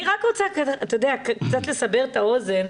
אני רק רוצה קצת לסבר את האוזן.